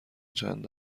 چند